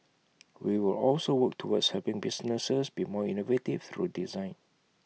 we will also work towards helping businesses be more innovative through design